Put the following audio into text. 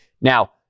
Now